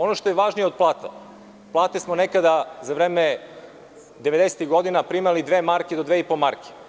Ono što je važnije od plata, plate smo nekada za vreme devedesetih godina primali dve marke do dve i po marke.